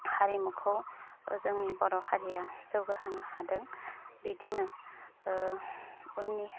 हारिमुखौ जोंनि बर' हारिया जौगाहोनो हादों बिदिनो उननि